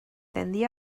than